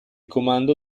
comando